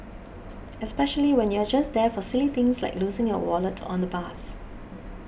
especially when you're just there for silly things like losing your wallet on the bus